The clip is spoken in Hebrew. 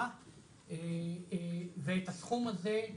ומי אומר את זה?